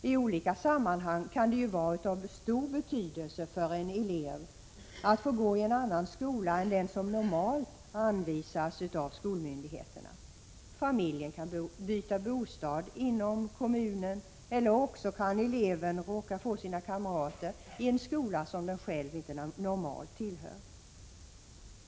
I olika sammanhang kan det vara av stor betydelse för en elev att få gå i en annan skola än den som normalt anvisas av skolmyndigheterna. Familjen kan byta bostad inom kommunen eller eleven kan råka få sina kamrater i en skola dit han eller hon inte hör.